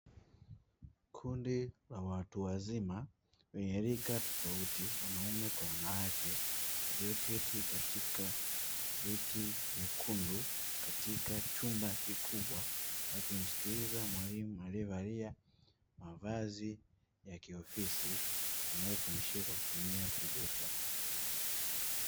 Kundi la watu wazima wenye rika tofauti wanaume kwa wanawake waliyoketi katika viti vyekundu katika chumba kikubwa wakimsikiliza mwalimu aliyevalia mavazi ya kiofisi anayefundishia kwa kutumia projekta.